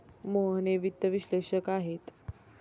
मोहन हे वित्त विश्लेषक आहेत